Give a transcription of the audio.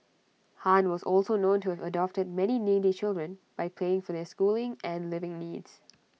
han was also known to have adopted many needy children by paying for their schooling and living needs